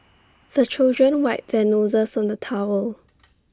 the children wipe their noses on the towel